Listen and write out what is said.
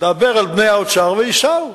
דבר אל בני האוצר וייסעו.